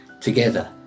together